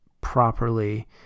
properly